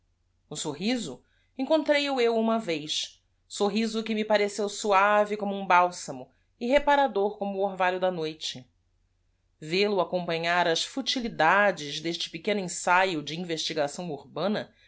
sorriso encontrei-o eu uma vezsorriso que me i areceusuave comumo balsamo e reparador com oo orva lho da noite el o acompanhar asfutilidades deste pequeno ensaio de investigação urbana